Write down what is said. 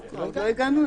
עוד לא הגענו אליו.